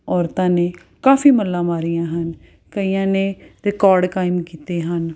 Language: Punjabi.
ਔਰਤਾਂ ਨੇ ਕਾਫੀ ਮੱਲਾਂ ਮਾਰੀਆਂ ਹਨ ਕਈਆਂ ਨੇ ਰਿਕੋਡ ਕਾਇਮ ਕੀਤੇ ਹਨ